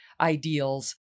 ideals